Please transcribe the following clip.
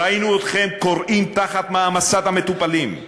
ראינו אתכם כורעים תחת מעמסת המטופלים.